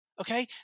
okay